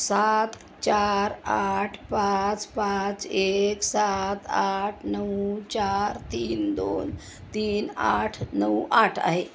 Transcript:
सात चार आठ पाच पाच एक सात आठ नऊ चार तीन दोन तीन आठ नऊ आठ आहे